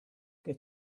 che